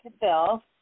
Bill